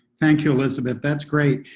thank you, elizabeth. that's great.